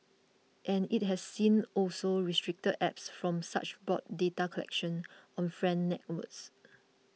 and it has since also restricted apps from such broad data collection on friend networks